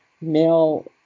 male